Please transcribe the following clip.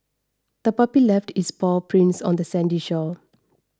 the puppy left its paw prints on the sandy shore